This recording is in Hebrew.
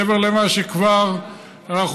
מעבר למה שאנחנו כבר עושים,